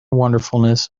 wonderfulness